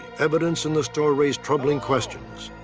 evidence in this store raised troubling questions.